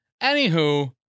anywho